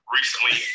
Recently